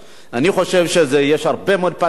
אני חושב שיש הרבה מאוד פטפטת.